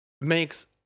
makes